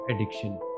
addiction